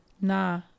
nah